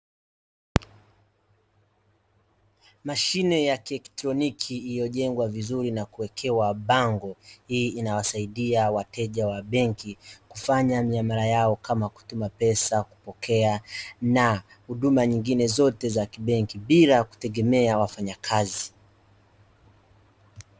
Mashine ya kielektroniki iliyojengwa vizuri na kuwekewa bango, hii inawasaidia wateja wa benki kufanya miamala yao kama kutuma pesa, kupokea, na huduma nyingine zote za kibenki bila kutegemea wafanyakazi.